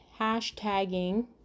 hashtagging